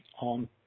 on